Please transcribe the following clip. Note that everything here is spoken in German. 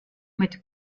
mit